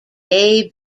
day